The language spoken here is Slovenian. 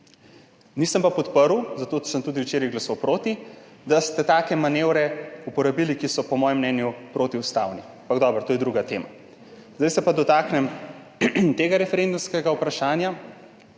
Nisem pa podprl, zato sem tudi včeraj glasoval proti, da ste uporabili take manevre, ki so po mojem mnenju protiustavni, ampak dobro, to je druga tema. Zdaj se pa dotaknem tega referendumskega vprašanja.